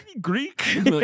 Greek